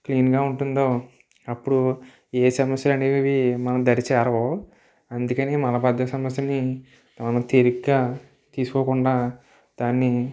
క్లీన్గా ఉంటుందో అప్పుడు ఏ సమస్యలు అనేవి మన దరి చేరవు అందుకని మలబద్ధకం సమస్యని మనం తేలికగా తీసుకోకుండా దాన్ని